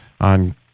on